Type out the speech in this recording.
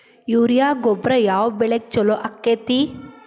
Urea ಗೊಬ್ಬರ ಯಾವ ಬೆಳಿಗೆ ಛಲೋ ಆಕ್ಕೆತಿ?